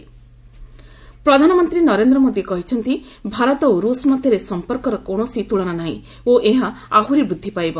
Putin India ପ୍ରଧାନମନ୍ତ୍ରୀ ନରେନ୍ଦ୍ର ମୋଦି କହିଛନ୍ତି ଭାରତ ଓ ରୁଷ୍ ମଧ୍ୟରେ ସମ୍ପର୍କର କୌଣସି ତୁଳନା ନାହିଁ ଓ ଏହା ଆହୁରି ବୃଦ୍ଧି ପାଇବ